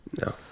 No